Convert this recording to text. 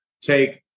take